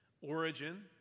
origin